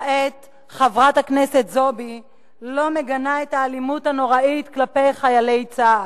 כעת חברת הכנסת זועבי לא מגנה את האלימות הנוראית כלפי חיילי צה"ל.